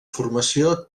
formació